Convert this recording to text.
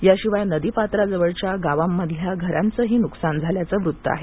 याशिवाय नदीपात्राजवळच्या गावांमधल्या घरांचंही नुकसान झाल्याचं वृत्त आहे